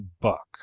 buck